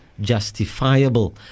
justifiable